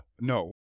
No